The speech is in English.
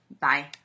Bye